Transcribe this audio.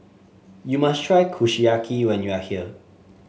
you must try Kushiyaki when you are here